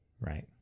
right